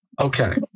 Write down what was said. okay